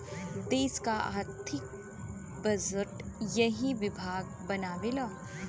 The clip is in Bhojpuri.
देस क आर्थिक बजट एही विभाग बनावेला